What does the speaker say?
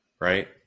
right